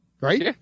Right